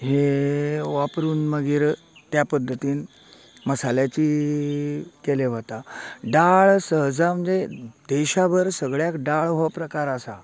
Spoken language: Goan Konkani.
हे वापरून मागीर त्या पद्दतीन मसाल्याची केले वता डाळ सहजा म्हणजे देशा भर सगळ्याक डाळ हो प्रकार आसा